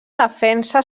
defensa